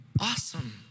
Awesome